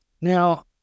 now